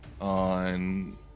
on